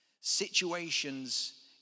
Situations